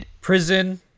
Prison